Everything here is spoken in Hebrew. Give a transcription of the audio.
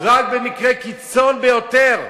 רק במקרה קיצון ביותר.